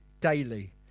daily